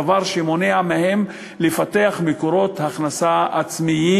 דבר שמונע מהן לפתח מקורות הכנסה עצמיים